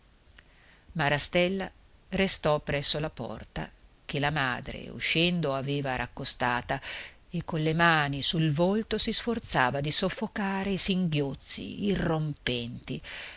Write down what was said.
marastella restò presso la porta che la madre uscendo aveva raccostata e con le mani sul volto si sforzava di soffocare i singhiozzi irrompenti